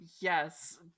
Yes